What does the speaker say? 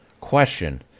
question